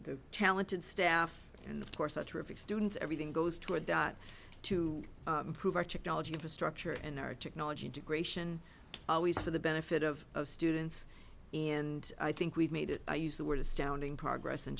the talented staff and of course the terrific students everything goes toward that to improve our technology infrastructure and our technology integration always for the benefit of students in i think we've made it i use the word astounding progress